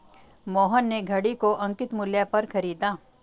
मोहन ने घड़ी को अंकित मूल्य पर खरीदा